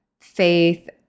faith